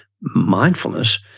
mindfulness